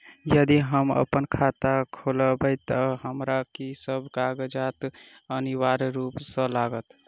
यदि हम अप्पन खाता खोलेबै तऽ हमरा की सब कागजात अनिवार्य रूप सँ लागत?